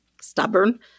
stubborn